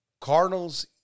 Cardinals